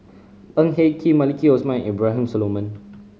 Ng Eng Kee Maliki Osman and Abraham Solomon